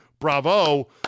bravo